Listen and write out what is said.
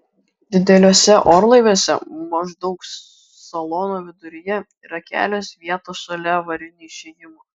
dideliuose orlaiviuose maždaug salono viduryje yra kelios vietos šalia avarinio išėjimo